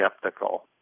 skeptical